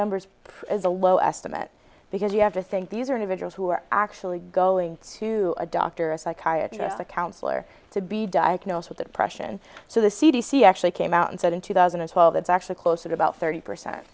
numbers is a low estimate because you have to think these are individuals who are actually going to a doctor or a psychiatrist or counselor to be diagnosed with depression so the c d c actually came out and said in two thousand and twelve it's actually closer to about thirty percent